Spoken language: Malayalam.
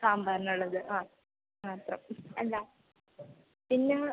സാമ്പാറിനുള്ളത് ആ മാത്രം അല്ല പിന്നെ